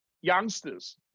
youngsters